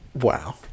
wow